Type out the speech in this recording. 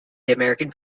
american